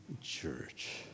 church